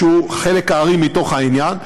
שהוא חלק הארי בעניין,